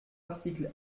article